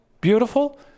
beautiful